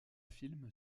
film